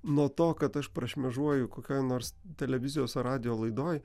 nuo to kad aš prašmėžuoju kokioj nors televizijos ar radijo laidoj